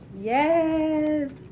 Yes